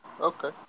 Okay